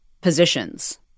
positions